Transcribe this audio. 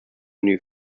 new